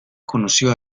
conoció